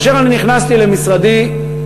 כאשר אני נכנסתי למשרדי,